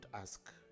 ask